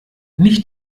nicht